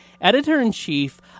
editor-in-chief